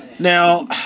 Now